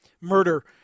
murder